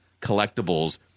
collectibles